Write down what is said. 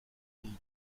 week